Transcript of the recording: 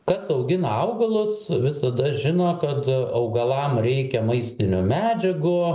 kas augina augalus visada žino kad augalam reikia maistinių medžiagų